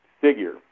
figure